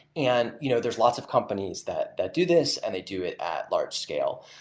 and you know there's lots of companies that that do this and they do it at large scale.